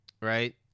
right